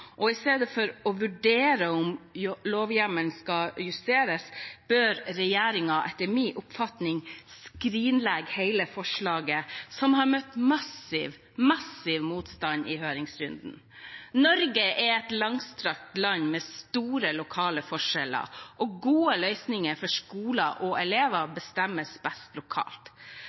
I stedet for å vurdere om lovhjemmelen skal justeres, bør regjeringen, etter min oppfatning, skrinlegge hele forslaget, som har møtt massiv motstand i høringsrundene. Norge er et langstrakt land med store lokale forskjeller. Gode løsninger for skoler og elever bestemmes best lokalt.